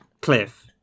Cliff